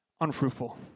unfruitful